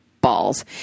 balls